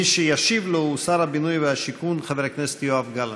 מי שישיב לו הוא שר הבינוי והשיכון חבר הכנסת יואב גלנט.